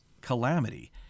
calamity